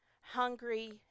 hungry